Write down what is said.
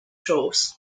shows